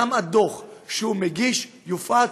גם הדוח שהוא מגיש יופץ,